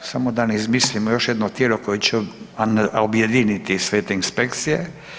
Samo da ne izmislimo još jedno tijelo koje će objediniti sve te inspekcije.